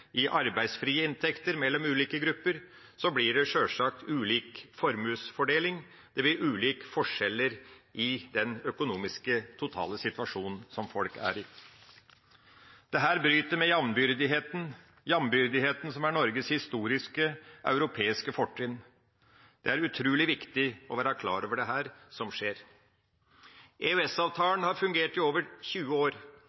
i arbeidsfrie inntekter mellom ulike grupper, blir det sjølsagt ulik formuesfordeling, det blir forskjeller i den økonomiske totalsituasjonen som folk er i. Dette bryter med jambyrdigheten, jambyrdigheten som er Norges historiske europeiske fortrinn. Det er utrolig viktig å være klar over det som skjer. EØS-avtalen har fungert i over 20 år,